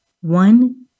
one